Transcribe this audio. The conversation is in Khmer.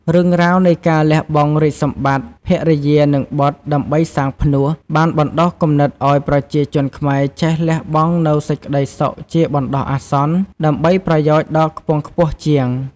រឿងរ៉ាវនៃការលះបង់រាជសម្បត្តិ ភរិយា និងបុត្រ ដើម្បីសាងផ្នួស បានបណ្ដុះគំនិតឱ្យប្រជាជនខ្មែរចេះលះបង់នូវសេចក្ដីសុខជាបណ្ដោះអាសន្ន ដើម្បីប្រយោជន៍ដ៏ខ្ពង់ខ្ពស់ជាង។